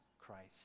Christ